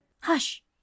hush